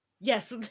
Yes